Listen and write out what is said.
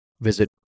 visit